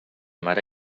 mare